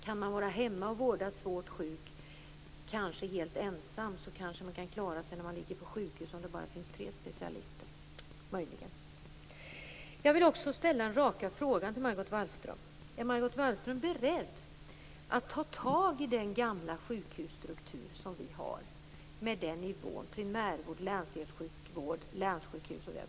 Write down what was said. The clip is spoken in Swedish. Den som är svårt sjuk och kan vårdas hemma kanske klarar sig på sjukhuset även om det bara finns tre specialister där. Jag vill också ställa den raka frågan till Margot Wallström: Är Margot Wallström beredd att ta tag i den gamla sjukhusstrukturen och den nivån, med primärvård, landstingssjukvård och länssjukhus?